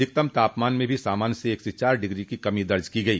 अधिकतम तापमान में भी सामान्य से एक से चार डिग्री की कमी दर्ज की गई